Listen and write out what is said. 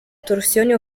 torsione